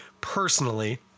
personally